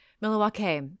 Milwaukee